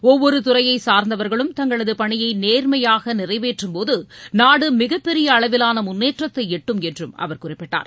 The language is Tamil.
ஒவ்வொரு துறையை சார்ந்தவர்களும் தங்களது பணியை நேர்மையாக நிறைவேற்றும்போது நாடு மிகப்பெரிய அளவிவான முன்னேற்றத்தை எட்டும் என்றும் அவர் குறிப்பிட்டார்